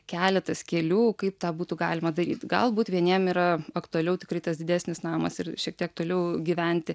keletas kelių kaip tą būtų galima daryt galbūt vieniem yra aktualiau tikri tas didesnis namas ir šiek tiek toliau gyventi